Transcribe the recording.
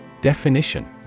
Definition